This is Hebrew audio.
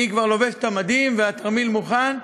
אני כבר לובש את המדים והתרמיל מוכן,